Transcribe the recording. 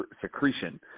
secretion